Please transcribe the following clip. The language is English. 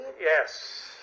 Yes